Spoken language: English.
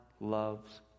loves